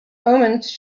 omens